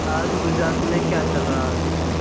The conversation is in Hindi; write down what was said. आज गुजरात में क्या चल रहा है